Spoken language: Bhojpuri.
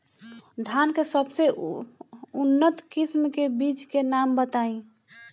धान के सबसे उन्नत किस्म के बिज के नाम बताई?